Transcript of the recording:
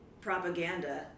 propaganda